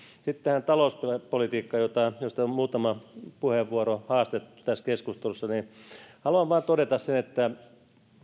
sitten talouspolitiikkaan josta muutama puheenvuoro on haastettu tässä keskustelussa haluan vain todeta sen että